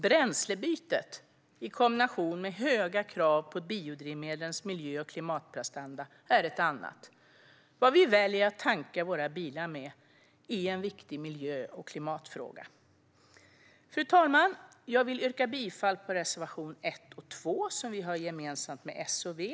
Bränslebytet, i kombination med höga krav på biodrivmedlens miljö och klimatprestanda, är en annan. Vad vi väljer att tanka våra bilar med är en viktig miljö och klimatfråga. Fru talman! Jag vill yrka bifall till reservationerna 1 och 2, som vi har gemensamt med S och V.